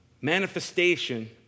manifestation